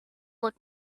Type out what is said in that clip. look